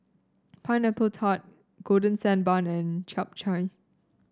Pineapple Tart Golden Sand Bun and Chap Chai